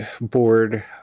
board